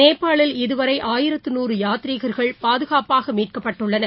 நேபாளில் இதுவரைஆயிரத்து நூறு யாத்ரீகர்கள் பாதுகாப்பாகமீட்கப்பட்டுள்ளனர்